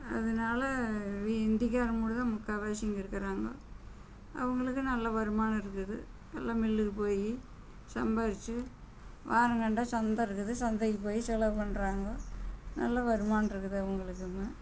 அதனால் இந்திக்கார மூடும் தான் முக்கால்வாசி இங்கே இருக்கிறாங்க அவங்களுக்கு நல்ல வருமானம் இருக்குது நல்லா மில்லுக்கு போய் சம்பாரித்து வாரம் நடந்தால் சந்தை இருக்குது சந்தைக்கு போய் செலவு பண்றாங்க நல்ல வருமானம் இருக்குது அவங்களுக்குனு